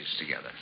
together